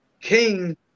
king